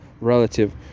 relative